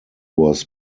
was